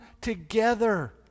together